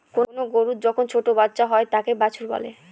কোনো গরুর যখন ছোটো বাচ্চা হয় তাকে বাছুর বলে